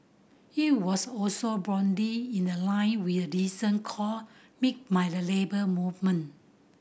it was also broadly in the line with a recent call made by the Labour Movement